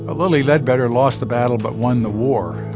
ah lilly ledbetter lost the battle but won the war.